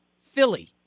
Philly